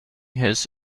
his